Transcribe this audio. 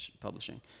Publishing